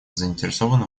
заинтересована